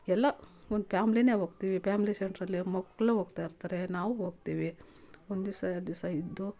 ಎಲ್ಲ ಒಂದು ಫ್ಯಾಮ್ಲಿನೇ ಹೋಗ್ತಿವಿ ಪ್ಯಾಮ್ಲಿ ಸೆಂಟ್ರಲ್ಲಿ ಮಕ್ಕಳು ಹೋಗ್ತಾಯಿರ್ತಾರೆ ನಾವು ಹೋಗ್ತಿವಿ ಒಂದಿವ್ಸ ಎರಡು ದಿವ್ಸ ಇದ್ದು